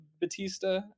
Batista